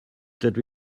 dydw